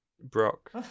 Brock